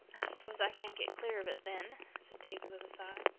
s'pose i can't get clear of it then, said davy with a sigh.